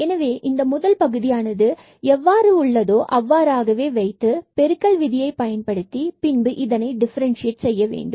எனவே இந்த முதல் பகுதியானது எவ்வாறு உள்ளதோ அவ்வாறாகவே வைத்து பெருக்கல் விதியை பயன்படுத்தி பின்பு இதை டிஃபரண்சியேட் செய்ய வேண்டும்